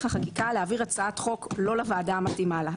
החקיקה להעביר הצעת חוק לא לוועדה המתאימה לה.